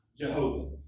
Jehovah